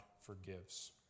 forgives